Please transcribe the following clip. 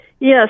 Yes